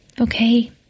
Okay